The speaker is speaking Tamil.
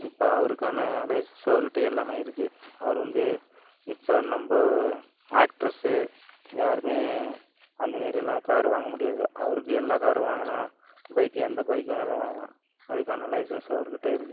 இப்போ அவருக்கான லைசென்ஸ் அவருக்கிட்ட எல்லாமே இருக்குது அவர் வந்து இப்போ நம்ப ஆக்ட்ரஸ்ஸு யாருமே அந்த மாரிலாம் கார் வாங்க முடியாது அவருக்கு எல்லா காரும் வாங்கலாம் பைக்கு எந்த பைக் வேணாலும் வாங்கலாம் அதுக்கான லைசென்ஸ் அவருக்கிட்ட இருக்குது